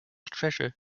treasure